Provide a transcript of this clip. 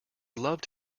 loved